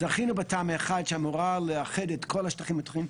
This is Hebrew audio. זכינו בתמ"א 1 שאמורה לאחד את כל השטחים הפתוחים,